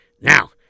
Now